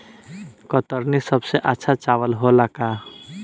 कतरनी सबसे अच्छा चावल होला का?